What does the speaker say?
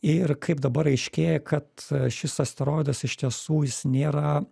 ir kaip dabar aiškėja kad šis asteroidas iš tiesų jis nėra